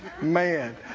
man